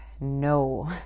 No